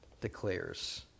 declares